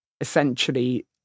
essentially